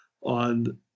on